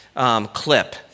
clip